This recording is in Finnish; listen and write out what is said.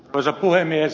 arvoisa puhemies